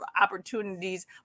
opportunities